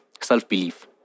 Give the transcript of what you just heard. self-belief